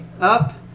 up